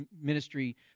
ministry